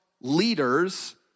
leaders